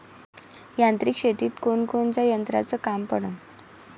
यांत्रिक शेतीत कोनकोनच्या यंत्राचं काम पडन?